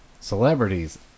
celebrities